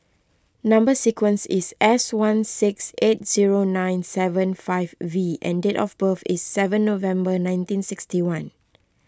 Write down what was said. Number Sequence is S one six eight zero nine seven five V and date of birth is seven November nineteen sixty one